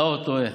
אה, הוא תוהה.